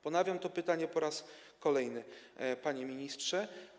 Ponawiam to pytanie po raz kolejny, panie ministrze.